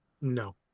no